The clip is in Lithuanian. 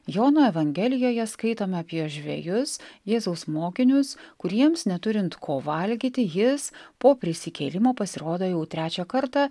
jono evangelijoje skaitome apie žvejus jėzaus mokinius kuriems neturint ko valgyti jis po prisikėlimo pasirodo jau trečią kartą